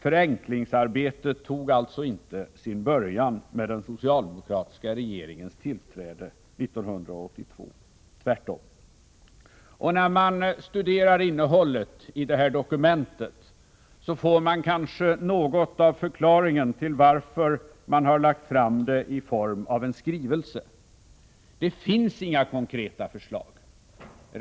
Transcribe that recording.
Förenklingsarbetet tog alltså inte sin början med den socialdemokratiska regeringens tillträde 1982 — tvärtom. När man studerar innehållet i detta dokument, får man kanske något av förklaringen till att regeringen har lagt fram det i form av en skrivelse. Det finns inga konkreta förslag.